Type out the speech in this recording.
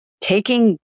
taking